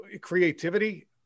creativity